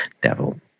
devil